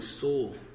soul